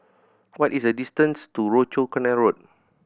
what is the distance to Rochor Canal Road